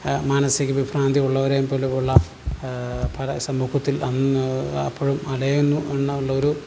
മാനസികവിഭ്രാന്തി ഉള്ളവരേയും പോലെ ഉള്ള പല സമൂഹത്തിൽ അന്ന് അപ്പോഴും അലയുന്നു എന്ന് ഉള്ളൊരു